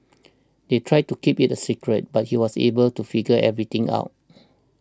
they tried to keep it a secret but he was able to figure everything out